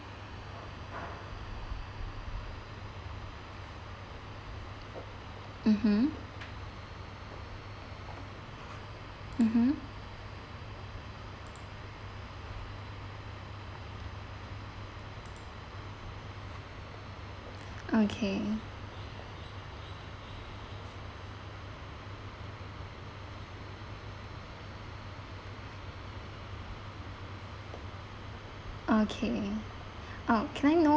mmhmm mmhmm okay oh can I know